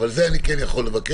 אבל את זה אני כן יכול לבקש.